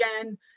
again